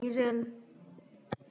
ᱤᱨᱟᱹᱞ